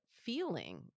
feeling